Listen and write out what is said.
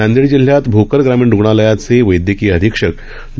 नांदेड जिल्ह्यात भोकर ग्रामीण रुग्णालयाचे वैद्यकीय अधिक्षक डॉ